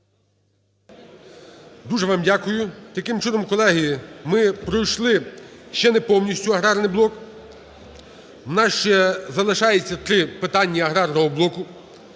Дуже вам дякую. Таким чином, колеги, ми пройшли ще неповністю аграрний блок, в нас ще залишається три питання аграрного блоку.